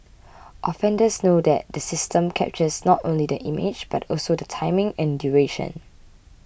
offenders know that the system captures not only the image but also the timing and duration